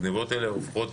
רק הגניבות האלה הופכות